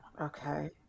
okay